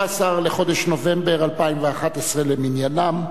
15 בחודש נובמבר 2011 למניינם.